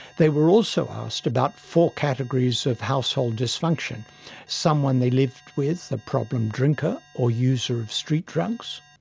they were also asked about four categories of household dysfunction someone they lived with a problem drinker or user of street drugs